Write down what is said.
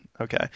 Okay